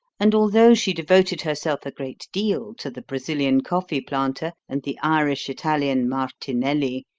and although she devoted herself a great deal to the brazilian coffee planter and the irish-italian martinelli,